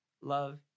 love